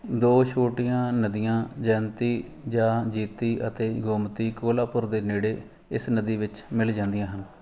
ਦੋ ਛੋਟੀਆਂ ਨਦੀਆਂ ਜਯੰਤੀ ਜਾਂ ਜੀਤੀ ਅਤੇ ਗੋਮਤੀ ਕੋਲਹਾਪੁਰ ਦੇ ਨੇੜੇ ਇਸ ਨਦੀ ਵਿੱਚ ਮਿਲ ਜਾਂਦੀਆਂ ਹਨ